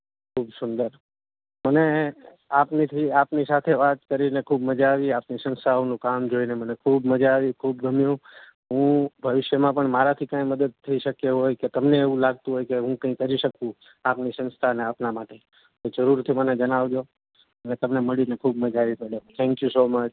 ખૂબ સુંદર મને આપનીથી આપની સાથે વાત કરીને ખૂબ મજા આવી આપની સંસ્થાઓનું કામ જોઇને મને ખૂબ મજા આવી ખૂબ ગમ્યું હું ભવિષ્યમાં પણ મારાથી કાંઇ મદદ થઇ શકે હોય કે તમને એવું લાગતું હોય કે હું કંઈ કરી શકું આપની સંસ્થાને આપનાં માટે તો જરૂરથી મને જણાવજો મને તમને મળીને ખૂબ મજા આવી થૅન્કયુ સો મચ